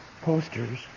posters